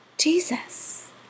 Jesus